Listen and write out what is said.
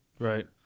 Right